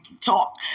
talk